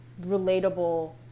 relatable